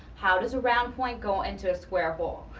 how does a round point go into a square hole?